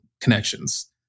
connections